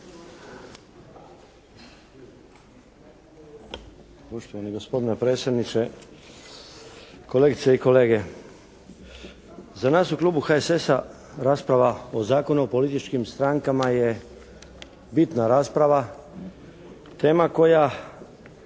Poštovani gospodine predsjedniče, kolegice i kolege! Za nas u klubu HSS-a rasprava o Zakonu o političkim strankama je bitna rasprava. Tema koja